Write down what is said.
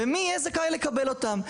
ומי יהיה זכאי לקבל אותם?